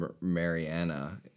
Mariana